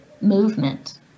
movement